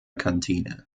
kantine